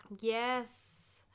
yes